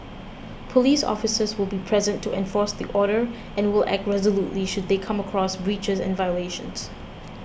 police officers will be present to enforce the order and will act resolutely should they come across breaches and violations